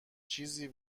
چیزی